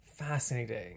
fascinating